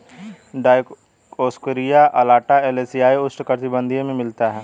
Dioscorea alata एशियाई उष्णकटिबंधीय में मिलता है